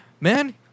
man